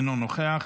אינו נוכח,